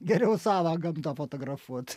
geriau savą gamtą fotografuot